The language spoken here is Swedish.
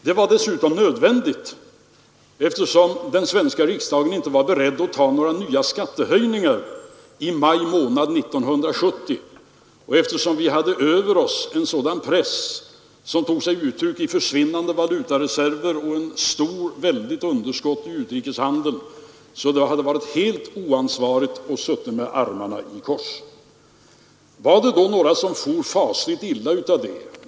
Åtstramningen var nödvändig, eftersom den svenska riksdagen inte var beredd att ta några nya skattehöjningar i maj månad 1970 och eftersom vi hade över oss en sådan press, som tog sig uttryck i försvinnande valutareserver och ett väldigt underskott i utrikeshandeln, att det hade varit helt oansvarigt att sitta med armarna i kors. Var det då några som for fasligt illa av detta?